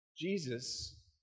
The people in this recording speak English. Jesus